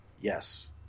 Yes